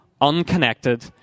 unconnected